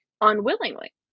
unwillingly